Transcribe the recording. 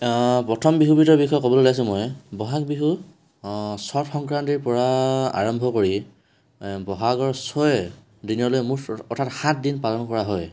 প্ৰথম বিহুবিধৰ বিষয়ে ক'বলৈ ওলাইছো মই ব'হাগ বিহু চ'ত সংক্ৰান্তিৰ পৰা আৰম্ভ কৰি ব'হাগৰ ছয় দিনলৈ মোৰ মুঠতে সাত দিন পালন কৰা হয়